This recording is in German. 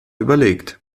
überlegt